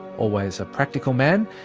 always a practical man,